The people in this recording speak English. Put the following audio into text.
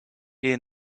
ian